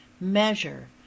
Measure